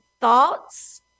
thoughts